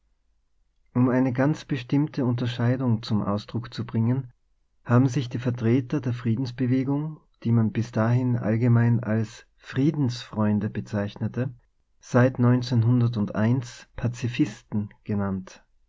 um eine ganz bestimmte unterscheidung zum ausdrucke zu bringen haben sich die vertreter der friedensbewegung die man bis dahin allgemein als friedensfreunde bezeichnete seit pazifisten genannt